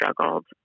struggled